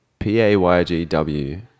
PAYGW